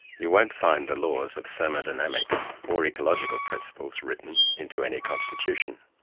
you won't find the laws of thermodynamics or ecological principles written into any constitution.